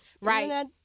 right